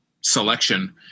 selection